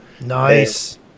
Nice